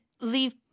leave